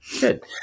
Good